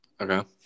Okay